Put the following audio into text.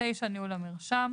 (9)ניהול המרשם,